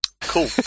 Cool